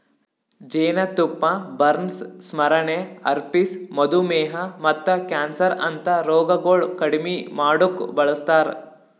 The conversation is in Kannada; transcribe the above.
ಜೇನತುಪ್ಪ ಬರ್ನ್ಸ್, ಸ್ಮರಣೆ, ಹರ್ಪಿಸ್, ಮಧುಮೇಹ ಮತ್ತ ಕ್ಯಾನ್ಸರ್ ಅಂತಾ ರೋಗಗೊಳ್ ಕಡಿಮಿ ಮಾಡುಕ್ ಬಳಸ್ತಾರ್